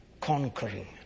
conquering